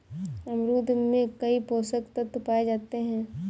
अमरूद में कई पोषक तत्व पाए जाते हैं